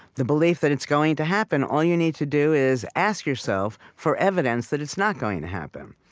the belief that it's going to happen all you need to do is ask yourself for evidence that it's not going to happen.